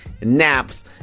naps